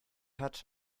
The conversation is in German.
hat